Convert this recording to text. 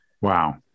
Wow